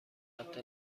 ثبت